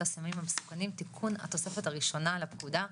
הסמים המסוכנים (תיקון התוספת הראשונה לפקודה)